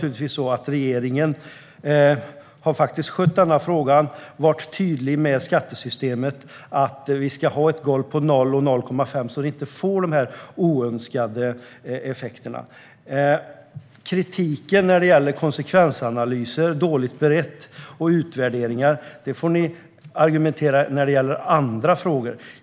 Regeringen har faktiskt skött frågan och varit tydlig när det gäller skattesystemet: Vi ska ha golv på 0 och 0,5 så att vi inte får dessa oönskade effekter. Kritiken av att konsekvensanalyser och utvärderingar är dåligt beredda får ni använda som argument i andra frågor.